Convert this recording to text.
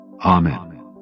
Amen